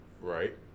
right